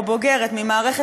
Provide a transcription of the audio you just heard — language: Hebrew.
"מאוחלקת"